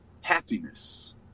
happiness